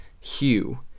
hue